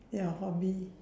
your hobby